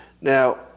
Now